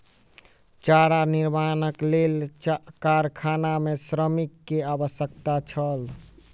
चारा निर्माणक लेल कारखाना मे श्रमिक के आवश्यकता छल